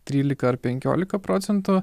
trylika ar penkiolika procentų